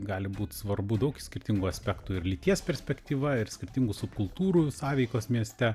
gali būt svarbu daug skirtingų aspektų ir lyties perspektyva ir skirtingų subkultūrų sąveikos mieste